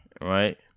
Right